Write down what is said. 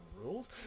rules